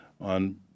on